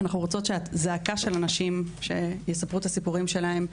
אנחנו רוצות שהזעקה של הנשים שיספרו את הסיפורים שלהם,